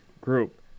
group